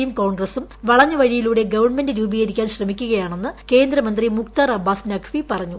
യും കോൺഗ്രസും വളഞ്ഞ വഴിയിലൂടെ ഗവൺമെന്റ് രൂപീകരിക്കാൻ ശ്രമിക്കുകയാണെന്ന് കേന്ദ്രമന്ത്രി മുക്താർ അബ്ബാസ് നഖ്വി പറഞ്ഞു